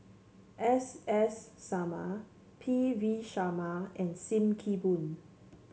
S S Sarma P V Sharma and Sim Kee Boon